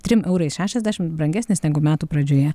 trim eurais šešiasdešim brangesnis negu metų pradžioje